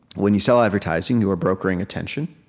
when you sell advertising, you are brokering attention.